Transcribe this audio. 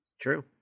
True